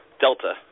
Delta